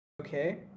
Okay